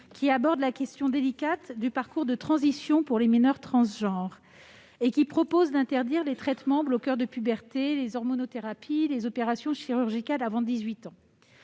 vise la question délicate du parcours de transition pour les mineurs transgenres, pour interdire les traitements bloqueurs de puberté, les hormonothérapies et les opérations chirurgicales avant 18 ans.